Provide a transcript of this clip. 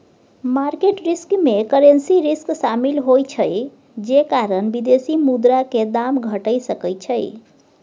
market risk में currency risk शामिल होइ छइ जे कारण विदेशी मुद्रा के दाम घइट सकइ छइ